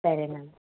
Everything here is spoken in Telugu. సరేనండి